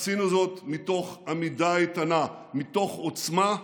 עשינו זאת מתוך עמידה איתנה, מתוך עוצמה,